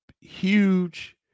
huge